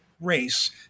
race